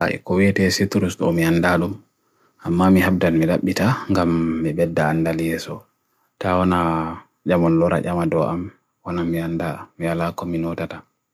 Iqawite si turus tu om yanda alo, amma mi habdan milab dita gam me bedda anda liyeso. Ta onna jamon lorat jamadro am, onna mi yanda, mi ala kominodata.